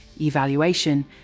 evaluation